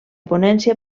ponència